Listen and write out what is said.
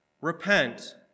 Repent